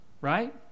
right